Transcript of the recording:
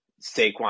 Saquon